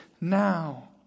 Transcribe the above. now